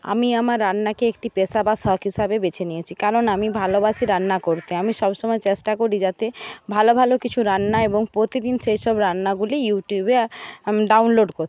আমি আমার রান্নাকে একটি পেশা বা শখ হিসাবে বেছে নিয়েছি কারণ আমি ভালোবাসি রান্না করতে আমি সবসময় চেষ্টা করি যাতে ভালো ভালো কিছু রান্না এবং প্রতিদিন সেইসব রান্নাগুলি ইউটিউবে আমি ডাউনলোড করতে